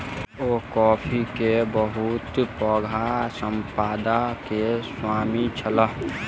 ओ coffee के बहुत पैघ संपदा के स्वामी छलाह